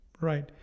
Right